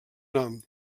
nom